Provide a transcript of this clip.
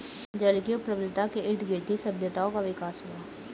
जल की उपलब्धता के इर्दगिर्द ही सभ्यताओं का विकास हुआ